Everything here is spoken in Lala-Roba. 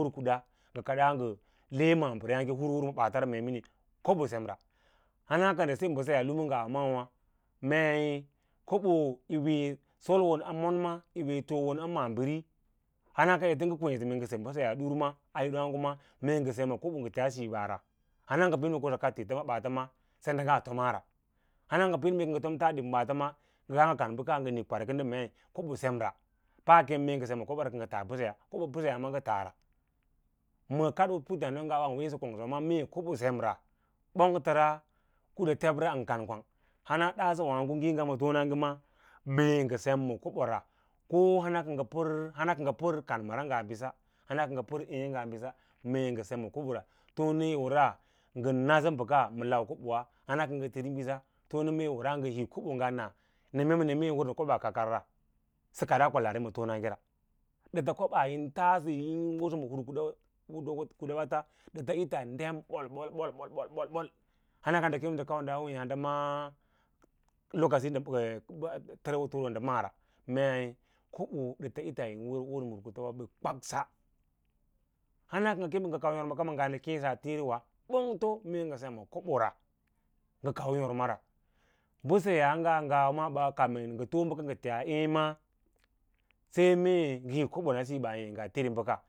Hur kuda ngə kadas ngə le maabiri yaãge hur hur ma ɓaata mee miniu mee kobo semra hana ka nɗə re mbəsayaa lumu ngawa maawâ mei kobo yi solo a monman yiwee toom a maabiri hana ka ete ngə kweẽsə mee ngə se mbəsayaa dur ma a hit waãgo ma mee ngə sem ma kobo ngə tia siibara hana ngə pid ko ngə kaɗ tiita ma ɓaata ma sen ɗaꞌnga to maara hana ngə pid mee ko ngə tom taadi ma ɓaata suna ngə nik kwaro kənda mee kobo semra paa keme mee sem ma kobo ra kə ngə tas mbəseyas mbəseyas ngə taara kadoo a puttǎǎɗawa ɓan weesə kongsawa mee kobo semra ɓonsethna kuɗa təba ən kan kwang hana daasowǎǎgo ngǐǐga matonage mee ngə sem ma kobo ko hana ka ngə pər kanməra ngaa bina hana ka pər ngaa bísa mee ngə sem ma kobo ra tone yaú w-raa ngən nabək ma lau kobowa hana tiri bísa tone mee wəras ngə hih kobo nga neme ma nema yi hoo ndə kobaa kakarra bə kadaa kwalaarī ma tonage ra dəra kobas yi taarə yín wosə ma hur kudawata dəta ita dem hur kudawata dəta ita dem bol-bol, bol, bol, bol hana ndə kem kə ndə kauwa das wéí handa ma lokaci təmouse ndə maara ee kobo dəta ita yā wosə ma hur kudarya yi kwakaa hana ngə kěě kə ngə kau yima kama nga nə keẽ a tiiri wa ɓongto mee ngə sem ma kobo ra ngə kau yôrma ra mbəseyaa ngawa maa ɓaa kaumee ngətoo bəka ngə tia ê ma sai mee ngə lik kobou asííbau hê ngaa tiri bəka.